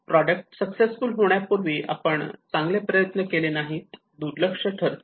product successful होण्यापूर्वी आपण चांगले प्रयत्न केले नाहीत दुर्लक्ष ठरते